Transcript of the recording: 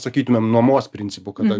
sakytumėm nuomos principu kada